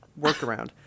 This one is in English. workaround